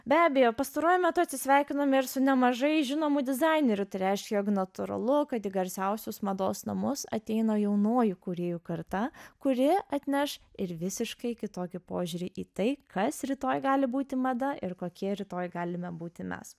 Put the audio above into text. be abejo pastaruoju metu atsisveikinome ir su nemažai žinomų dizainerių tai reiškia jog natūralu kad į garsiausius mados namus ateina jaunoji kūrėjų karta kuri atneš ir visiškai kitokį požiūrį į tai kas rytoj gali būti mada ir kokie rytoj galime būti mes